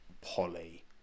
Polly